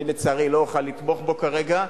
אני, לצערי, לא אוכל לתמוך בהצעה כרגע,